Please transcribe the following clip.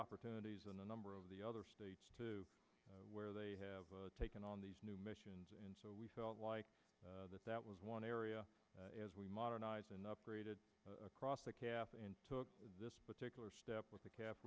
opportunities in a number of the other states too where they have taken on these new missions and so we felt like that that was one area as we modernize and upgraded across the cap and took this particular step with the ca